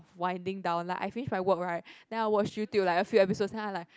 winding down like I finish my work right then I watch YouTube like a few episodes then I like